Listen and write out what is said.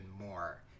more